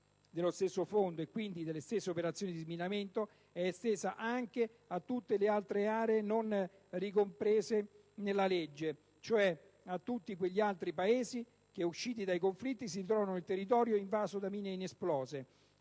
dello stesso Fondo, e quindi delle stesse operazioni di sminamento, sia estesa anche a tutte le altre aree non richiamate nella legge, cioè a tutti quegli altri Paesi che, usciti dai conflitti, si ritrovano con il territorio invaso da mine inesplose,